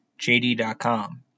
JD.com